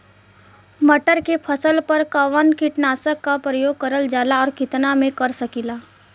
मटर के फसल पर कवन कीटनाशक क प्रयोग करल जाला और कितना में कर सकीला?